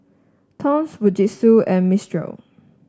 Toms Fujitsu and Mistral